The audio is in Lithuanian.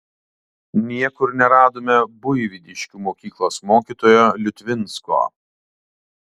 niekur neradome buivydiškių mokyklos mokytojo liutvinsko